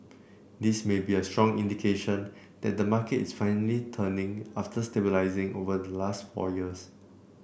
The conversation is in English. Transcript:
this may be a strong indication that the market is finally turning after stabilising over the last four years